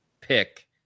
pick